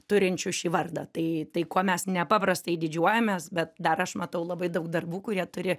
turinčių šį vardą tai tai kuo mes nepaprastai didžiuojamės bet dar aš matau labai daug darbų kurie turi